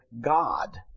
God